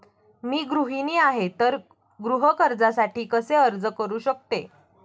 मी गृहिणी आहे तर गृह कर्जासाठी कसे अर्ज करू शकते?